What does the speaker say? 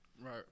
Right